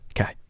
Okay